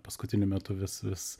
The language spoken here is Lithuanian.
paskutiniu metu vis vis